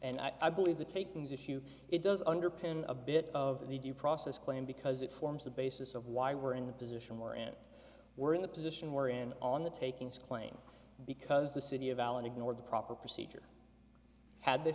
and i believe the takings issue it does underpin a bit of the due process claim because it forms the basis of why we're in the position we're in we're in the position we're in on the taking his claim because the city of allen ignored the proper procedure had the